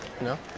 No